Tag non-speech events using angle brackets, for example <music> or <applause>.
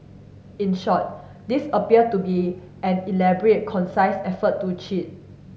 in short this appeared to be an elaborate <unintelligible> effort to cheat